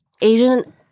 Asian